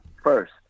first